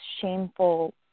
shameful